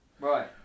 right